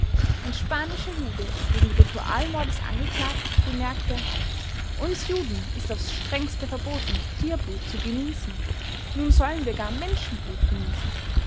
ein spanischer jude wegen ritualmordes angeklagt bemerkte uns juden ist aufs strengste verboten tierblut zu genießen nun sollen wir gar menschenblut genießen